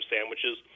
sandwiches